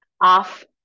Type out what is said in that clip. off